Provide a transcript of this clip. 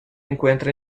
encuentra